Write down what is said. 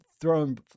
throwing